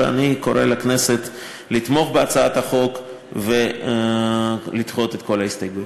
ואני קורא לכנסת לתמוך בהצעת החוק ולדחות את כל ההסתייגויות.